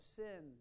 sin